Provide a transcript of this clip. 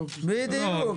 בדיוק.